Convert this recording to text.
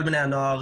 כל בני הנוער,